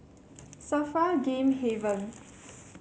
Safra Game Haven